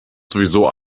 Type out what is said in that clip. sowieso